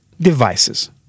devices